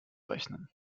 rechnen